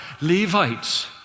Levites